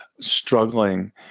struggling